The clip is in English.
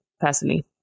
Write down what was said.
personally